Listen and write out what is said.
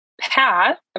Path